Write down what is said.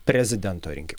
prezidento rinkimų